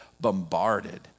bombarded